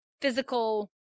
physical